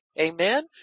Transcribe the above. Amen